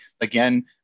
Again